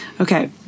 okay